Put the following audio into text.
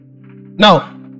Now